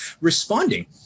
responding